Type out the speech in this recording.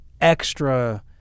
extra